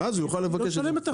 הוא יוכל לשלם את זה.